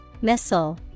missile